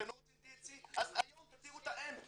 אתם לא רוצים THC אז היום תתירו את ההמפ.